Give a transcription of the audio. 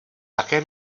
také